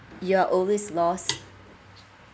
you are always lost